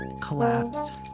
collapsed